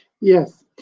Yes